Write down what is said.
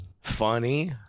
funny